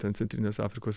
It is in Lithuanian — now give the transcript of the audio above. ten centrinės afrikos